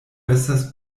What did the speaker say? estas